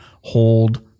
hold